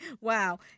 wow